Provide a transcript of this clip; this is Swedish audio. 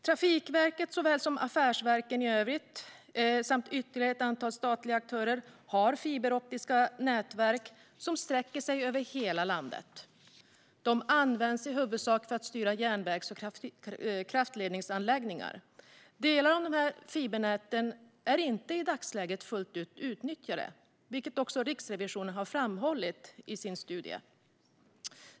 Trafikverket såväl som affärsverken i övrigt samt ytterligare ett antal statliga aktörer har fiberoptiska nätverk som sträcker sig över hela landet. De används i huvudsak för att styra järnvägs och kraftledningsanläggningar. Delar av dessa fibernät är i dagsläget inte fullt utnyttjade, vilket också Riksrevisionen har framhållit i sin studie.